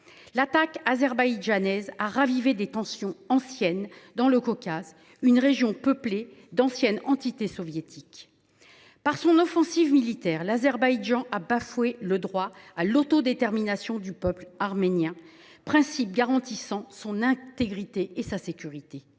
L’attaque azerbaïdjanaise a ravivé de vieilles tensions dans le Caucase, une région peuplée d’anciennes entités soviétiques. Par son offensive militaire, l’Azerbaïdjan a bafoué le droit à l’autodétermination du peuple arménien, principe garantissant son intégrité et sa sécurité.